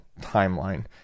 timeline